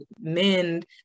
mend